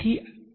બરાબર